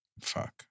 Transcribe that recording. Fuck